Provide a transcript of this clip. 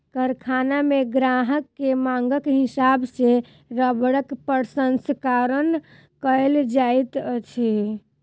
कारखाना मे ग्राहक के मांगक हिसाब सॅ रबड़क प्रसंस्करण कयल जाइत अछि